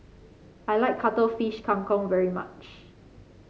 I like Cuttlefish Kang Kong very much